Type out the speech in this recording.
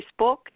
facebook